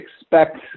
expect